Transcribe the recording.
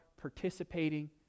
participating